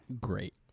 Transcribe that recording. Great